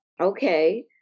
Okay